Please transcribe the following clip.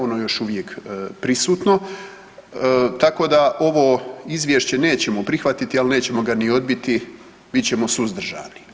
Ono je još uvijek prisutno, tako da ovo izvješće nećemo prihvatiti, ali nećemo ga ni odbiti, bit ćemo suzdržani.